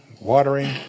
watering